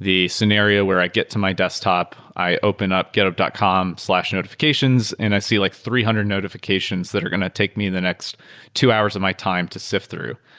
the scenario where i get to my desktop, i open up gethub dot com slash notifications and i see like three hundred notifications that are going to take me the next two hours of my time to sift through.